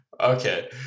Okay